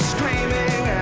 Screaming